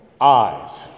eyes